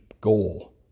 goal